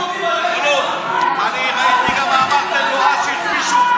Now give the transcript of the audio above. גינזבורג, לנו אמרת שלא כל אחד שמזכירים את שמו,